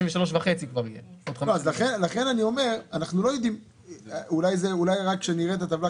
זה יהיה כבר 63.5. אולי רק כשנראה את הטבלה,